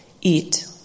eat